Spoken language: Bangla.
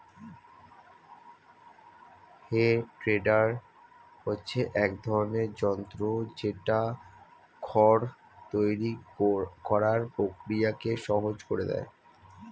হে ট্রেডার হচ্ছে এক ধরণের যন্ত্র যেটা খড় তৈরী করার প্রক্রিয়াকে সহজ করে দেয়